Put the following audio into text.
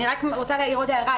אני רוצה להעיר עוד הערה.